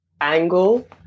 angle